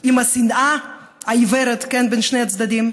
עם השנאה העיוורת בין שני הצדדים.